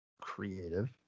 Creative